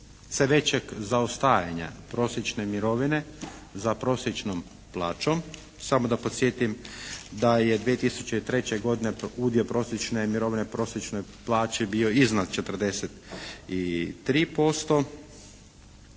većeg zaostajanja prosječne mirovine za prosječnom plaćom, samo da podsjetim da je 2003. godine udio prosječne mirovine, prosječne plaće bio iznad 43%,